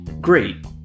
Great